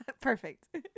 Perfect